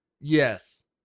Yes